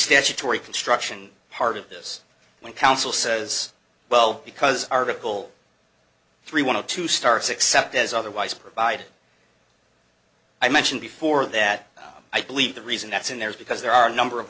statutory construction part of this when counsel says well because article three want to start except as otherwise provided i mentioned before that i believe the reason that's in there is because there are a number of